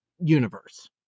universe